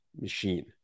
machine